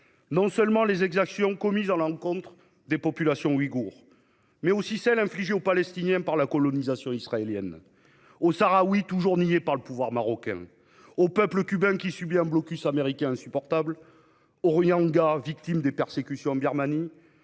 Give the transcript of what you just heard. non seulement les exactions commises à l'encontre des populations ouïghoures, mais aussi celles qui sont infligées aux Palestiniens par la colonisation israélienne, aux Sahraouis, toujours niés par le pouvoir marocain, au peuple cubain, qui subit un blocus américain insupportable, aux Rohingyas, victimes de persécutions en Birmanie.